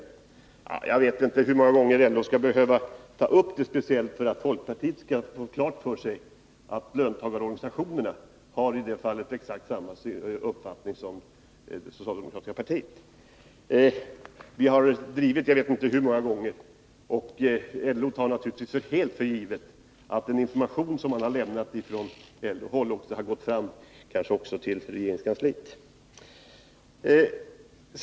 Jag vet inte hur många gånger LO skall behöva ta upp den frågan för att folkpartiet skall få klart för sig att löntagarorganisationerna har exakt samma uppfattning som det socialdemokratiska partiet. LO tar naturligtvis för givet att dess information har gått fram även till regeringskansliet.